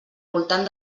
voltant